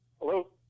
Hello